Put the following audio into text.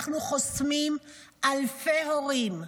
אנחנו חוסמים אלפי הורים,